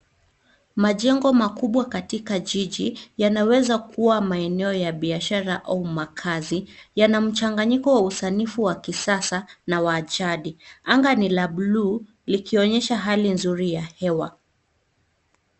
Majengo makubwa katika jiji, yanaweza kua maeneo ya biashara au makazi. Yana mchanganyiko wa usanifu wa kisasa na wa jadi. Anga ni la blue likionyesha hali nzuri ya hewa.